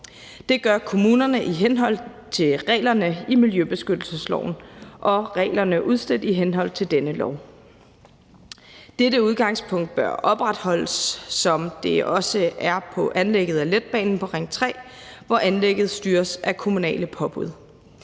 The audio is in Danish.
Det gør kommunerne i henhold til reglerne i miljøbeskyttelsesloven og reglerne udstedt i henhold til denne lov. Dette udgangspunkt bør opretholdes, som det også er på anlægget af letbanen på Ring 3, hvor anlægget styres af kommunale påbud.